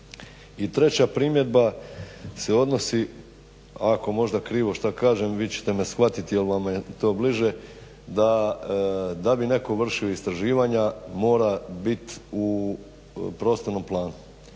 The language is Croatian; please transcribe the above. I treća primjedba se odnosi ako možda krivo šta kažem vi ćete me shvatiti jer vama je to bliže da bi netko vršio istraživanja mora biti u prostornom planu.